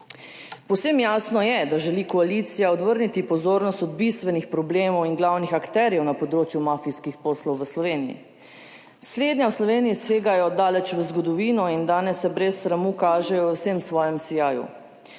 Povsem jasno je, da želi koalicija odvrniti pozornost od bistvenih problemov in glavnih akterjev na področju mafijskih poslov v Sloveniji. Slednja v Sloveniji segajo daleč v zgodovino in danes se brez sramu kažejo v vsem svojem sijaju.